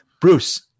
Bruce